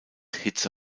hitze